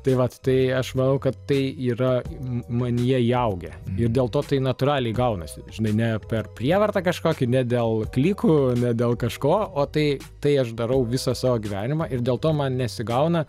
tai vat tai aš manau kad tai yra ma manyje įaugę ir dėl to tai natūraliai gaunasi žinai ne per prievartą kažkokį ne dėl klikų ne dėl kažko o tai tai aš darau visą savo gyvenimą ir dėl to man nesigauna